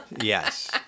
Yes